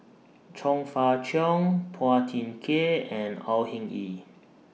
Chong Fah Cheong Phua Thin Kiay and Au Hing Yee